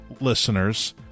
listeners